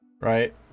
right